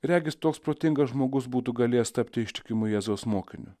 regis toks protingas žmogus būtų galėjęs tapti ištikimu jėzaus mokiniu